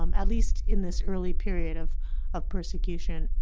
um at least in this early period of of persecution.